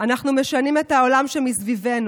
אנחנו משנים את העולם שסביבנו.